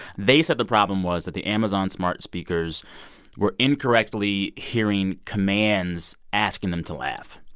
they said the problem was that the amazon's smart speakers were incorrectly hearing commands asking them to laugh.